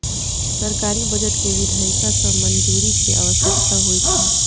सरकारी बजट कें विधायिका सं मंजूरी के आवश्यकता होइ छै